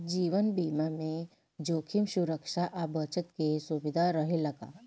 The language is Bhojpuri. जीवन बीमा में जोखिम सुरक्षा आ बचत के सुविधा रहेला का?